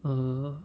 err